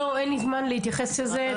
אין לי זמן להתייחס לזה,